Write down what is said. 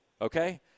okay